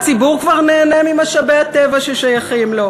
הציבור כבר נהנה ממשאבי הטבע ששייכים לו,